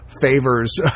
favors